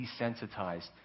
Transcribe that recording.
desensitized